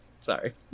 Sorry